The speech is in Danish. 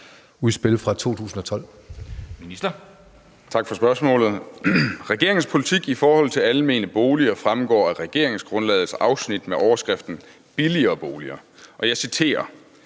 (Ole Birk Olesen): Tak for spørgsmålet. Regeringens politik i forhold til almene boliger fremgår af regeringsgrundlagets afsnit med overskriften »Billigere boliger«, og jeg citerer: